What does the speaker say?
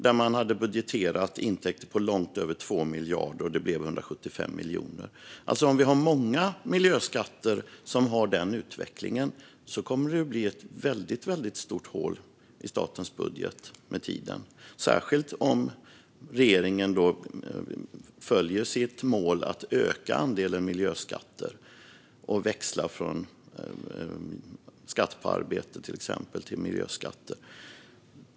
Där hade man budgeterat intäkter på långt över 2 miljarder, och så blev det 175 miljoner. Om vi har många miljöskatter som har den utvecklingen kommer det att bli ett väldigt stort hål i statens budget med tiden, särskilt om regeringen följer sitt mål att öka andelen miljöskatter och växla från exempelvis skatt på arbete till miljöskatter.